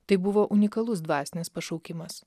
tai buvo unikalus dvasinis pašaukimas